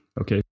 Okay